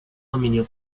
dominio